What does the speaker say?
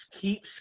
keeps